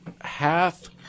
half